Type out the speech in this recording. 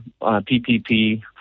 PPP